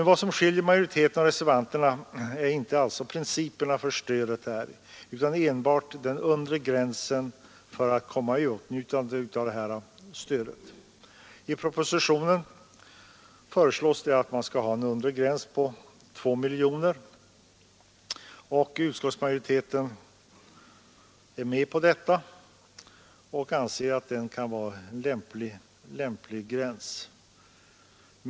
Vad som skiljer utskottsmajoritetens och reservanternas åsikter åt är inte principerna för stödet utan enbart den undre gränsen för att komma i åtnjutande av stödet. I propositionen föreslås en undre gräns på 2 miljoner, och utskottsmajoriteten instämmer i att det kan vara en lämplig gräns.